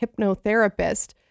hypnotherapist